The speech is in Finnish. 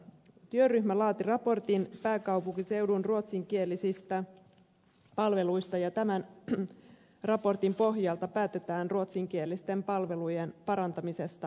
työryhmä laati raportin pääkaupunkiseudun ruotsinkielisistä palveluista ja tämän raportin pohjalta päätetään ruotsinkielisten palvelujen parantamisesta pääkaupunkiseudulla